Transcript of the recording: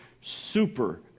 super